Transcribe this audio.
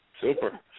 Super